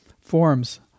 forms